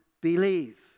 believe